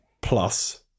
plus